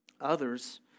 Others